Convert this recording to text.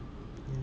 ya